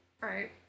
Right